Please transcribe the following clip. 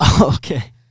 Okay